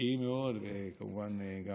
כמובן גם